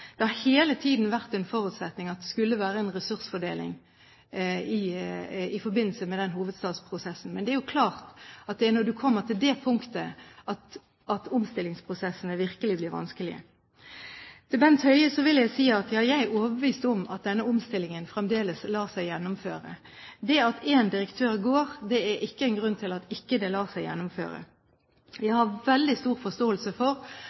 det har hele tiden vært en forutsetning at det skulle være en ressursfordeling i forbindelse med den hovedstadsprosessen. Men det er klart at det er når du kommer til det punktet, at omstillingsprosessene virkelig blir vanskelige. Til Bent Høie vil jeg si at jeg er overbevist om at denne omstillingen fremdeles lar seg gjennomføre. Det at én direktør går, er ikke en grunn til at det ikke lar seg gjennomføre. Jeg har veldig stor forståelse for